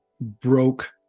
broke